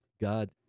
God